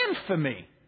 infamy